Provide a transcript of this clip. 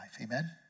Amen